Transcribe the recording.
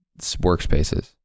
workspaces